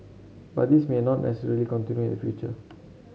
but this may not necessarily continue in future